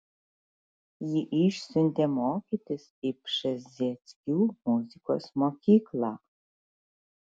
jį išsiuntė mokytis į pšezdzieckių muzikos mokyklą